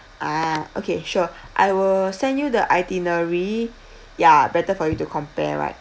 ah okay sure I will send you the itinerary ya better for you to compare right